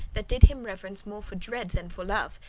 that did him reverence more for dread than for love,